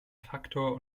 faktor